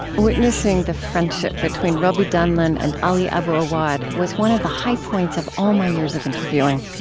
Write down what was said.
witnessing the friendship between robi damelin and ali abu awwad was one of the high points of all my years of interviewing.